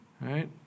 right